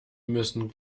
müssen